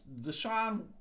Deshaun